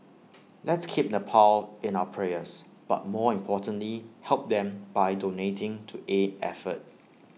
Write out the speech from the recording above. let's keep Nepal in our prayers but more importantly help them by donating to aid effort